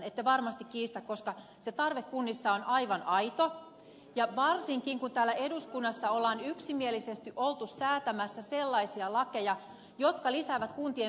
ette varmasti kiistä koska se tarve kunnissa on aivan aito ja varsinkin kun täällä eduskunnassa on yksimielisesti oltu säätämässä sellaisia lakeja jotka lisäävät kuntien velvoitteita